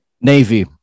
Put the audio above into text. Navy